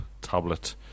tablet